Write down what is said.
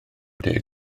deg